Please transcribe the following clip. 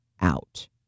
out